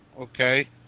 Okay